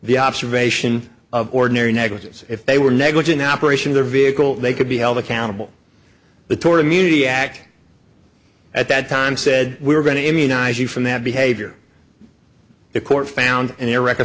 the observation of ordinary negligence if they were negligent operation their vehicle they could be held accountable the tour immunity act at that time said we're going to immunize you from that behavior the court found an ir